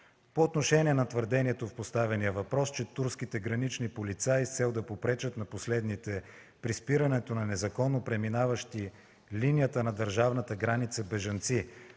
По отношение на твърденията в поставения въпрос, че турските гранични полицаи с цел да попречат на последните при спирането на незаконно преминаващи линията на държавната граница бежанци